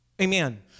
Amen